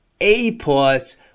A-plus